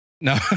No